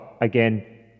again